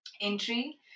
entry